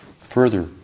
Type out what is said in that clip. further